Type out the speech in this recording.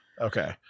Okay